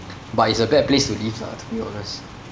but it's a bad place to live lah to be honest